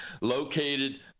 located